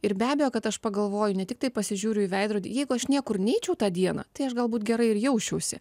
ir be abejo kad aš pagalvoju ne tiktai pasižiūriu į veidrodį jeigu aš niekur neičiau tą dieną tai aš galbūt gerai ir jausčiausi